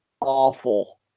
awful